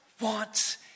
wants